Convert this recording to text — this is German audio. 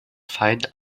fine